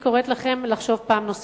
אני קוראת לכם לחשוב פעם נוספת.